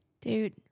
dude